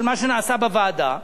של מה שנעשה בוועדה,